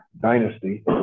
dynasty